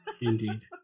indeed